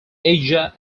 asia